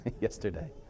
yesterday